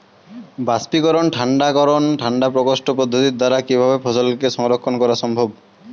বাষ্পীকরন ঠান্ডা করণ ঠান্ডা প্রকোষ্ঠ পদ্ধতির দ্বারা কিভাবে ফসলকে সংরক্ষণ করা সম্ভব?